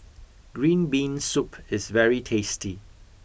green bean soup is very tasty